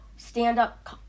stand-up